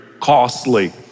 costly